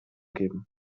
geben